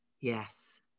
yes